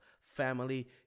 family